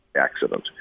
accident